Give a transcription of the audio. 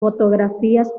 fotografías